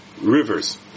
rivers